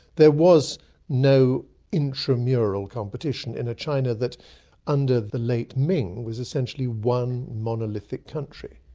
there was no intramural competition in a china that under the late ming was essentially one monolithic country.